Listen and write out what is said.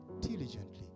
diligently